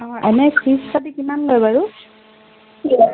অঁ এনেই ফীজ পাতি কিমান লয় বাৰু